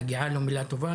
מגיעה לו מילה טובה.